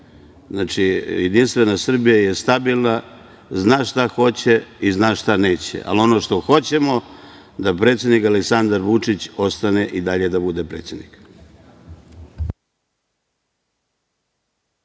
pada sneg. Znači, JS je stabilna, zna šta hoće i zna šta neće. Ali, ono što hoćemo, da predsednik Aleksandar Vučić ostane i dalje da bude predsednik.